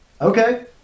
okay